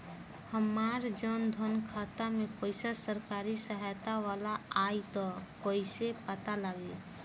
हमार जन धन खाता मे पईसा सरकारी सहायता वाला आई त कइसे पता लागी?